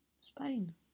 Spain